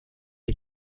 est